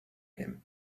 him